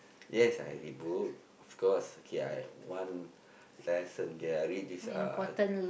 yes I read book of course okay I had one lesson ya I read this uh uh